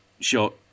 Short